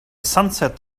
sunset